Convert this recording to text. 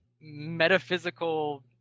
metaphysical